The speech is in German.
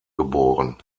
geboren